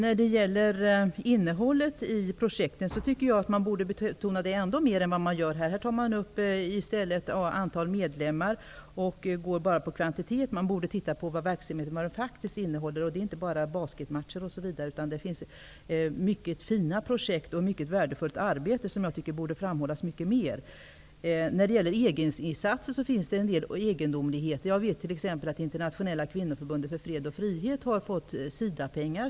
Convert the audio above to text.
Fru talman! Jag tycker att man borde betona innehållen i projekten ännu mer än vad som görs här. Antalet medlemmar tas i stället upp, och det är bara kvantitet som räknas. Man borde också beakta vad verksamheten faktiskt innehåller, nämligen inte enbart basketmatcher. Det finns många fina projekt och mycket värdefullt arbete, något som borde framhållas mycket mer. Det förekommer en del egendomligheter när det gäller EG-insatser. Det Internationella kvinnoförbundet för fred och frihet har fått SIDA pengar.